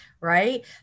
right